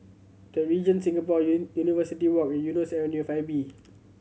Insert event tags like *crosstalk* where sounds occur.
The Regent Singapore *unintelligible* University Walk Eunos Avenue Five B